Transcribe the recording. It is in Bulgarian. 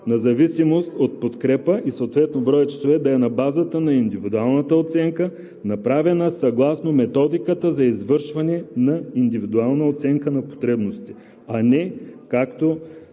на зависимост от подкрепа и съответно броят часове да е на базата на индивидуалната оценка, направена съгласно Методиката за извършване на индивидуална оценка на потребности, а не както